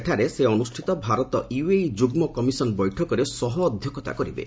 ସେଠାରେ ସେ ଅନୁଷ୍ଠିତ ଭାରତ ୟୁଏଇ ଯୁଗ୍ମ କମିଶନ୍ ବୈଠକରେ ସହ ଅଧ୍ୟକ୍ଷତା କରିବେ